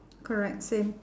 correct same